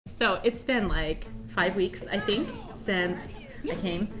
so it's been like, five weeks i think since yeah i came.